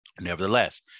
Nevertheless